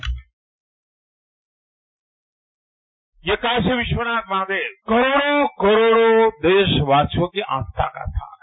bite ये काशी विश्वनाथ महादेव करोड़ों करोड़ों देशवासियों की आस्था का स्थान है